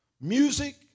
music